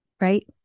right